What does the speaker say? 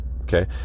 Okay